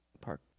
park